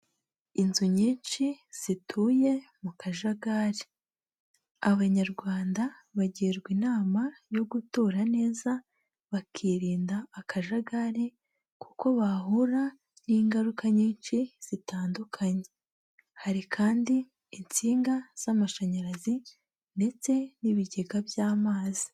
Inzu nyinshi zituye mu kajagari, Abanyarwanda bagirwa inama yo gutora neza bakirinda akajagari kuko bahura n'ingaruka nyinshi zitandukanye, hari kandi insinga z'amashanyarazi ndetse n'ibigega by'amazi.